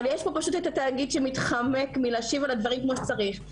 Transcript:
אבל יש פה פשוט את התאגיד שמתחמק מלהשיב על הדברים כמו שצריך.